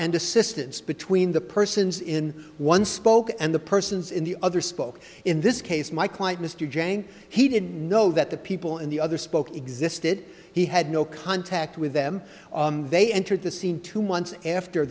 and assistance between the persons in one spoke and the persons in the other spoke in this case my client mr jang he didn't know that the people in the other spoke existed he had no contact with them they entered the scene two months after